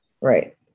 right